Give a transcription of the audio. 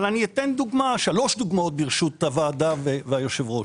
ברשות הוועדה והיושב-ראש,